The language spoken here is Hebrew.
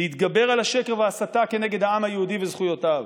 להתגבר על השקר וההסתה כנגד העם היהודי וזכויותיו,